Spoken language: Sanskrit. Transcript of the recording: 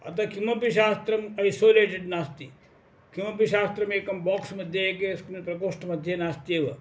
अतः किमपि शास्त्रम् ऐसोलेटेड् नास्ति किमपि शास्त्रमेकं बाक्स् मध्ये एकेस्मिन् प्रकोष्ठे मध्ये नास्त्येव